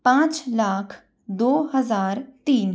पाँच लाख दो हज़ार तीन